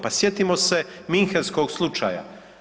Pa sjetimo se Munchenskog slučaja.